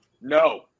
No